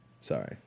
sorry